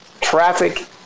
traffic